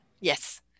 Yes